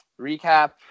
Recap